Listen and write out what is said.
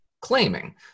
claiming